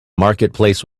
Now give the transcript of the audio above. marketplace